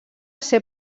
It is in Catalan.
ser